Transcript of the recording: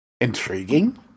Intriguing